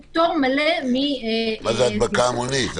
פטור מלא --- מה זה הדבקה המונית?